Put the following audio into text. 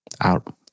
out